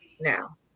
now